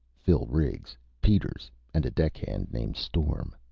phil riggs, peters and a deckhand named storm,